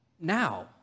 now